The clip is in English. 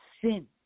sin